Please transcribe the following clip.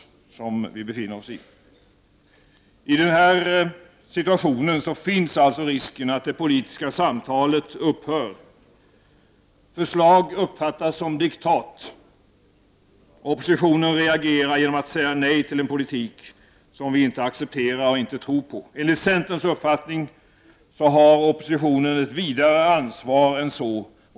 I denna situation finns risken att det politiska samtalet upphör. Förslag uppfattas som diktat. Oppositionen reagerar genom att säga nej till en politik som vi inte accepterar och inte tror på. Enligt centerns uppfattning har oppositionen ett vidare ansvar än så.